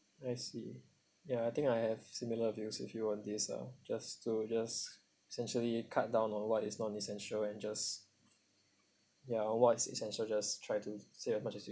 I see ya I think I have similar views with you on this ah just to just essentially cut down on what is non- essential and just ya what is essential just try to save as much as you